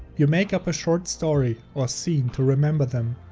you make up a short story or scene to remember them.